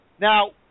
Now